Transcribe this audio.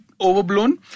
overblown